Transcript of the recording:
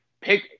pick –